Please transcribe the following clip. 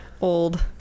old